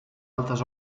altes